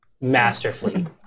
masterfully